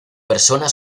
persona